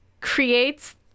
creates